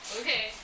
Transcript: Okay